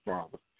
Father